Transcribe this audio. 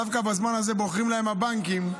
דווקא בזמן הזה בוחרים להם הבנקים,